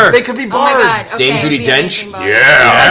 um they could be bards! matt dame judy dench? yeah.